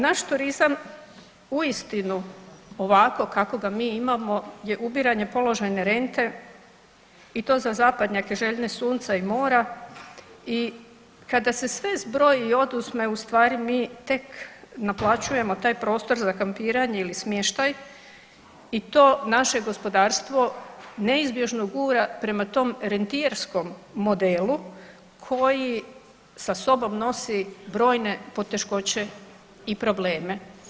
Naš turizam uistinu ovako kako ga mi imamo je ubiranje položajne rente i to za zapadnjake željne sunca i mora i kada se sve zbroji i oduzme u stvari mi tek naplaćujemo taj prostor za kampiranje ili smještaj i to naše gospodarstvo neizbježno gura prema tom rentirskom modelu koji sa sobom nosi brojne poteškoće i probleme.